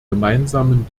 gemeinsamen